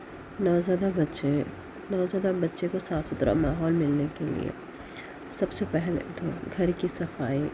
نوزائیدہ بچے نوزائیدہ بچے کو صاف ستھرا ماحول ملنے کے لئے سب سے پہلے گھر کی صفائی